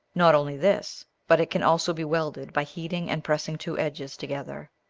not only this, but it can also be welded by heating and pressing two edges together,